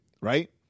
Right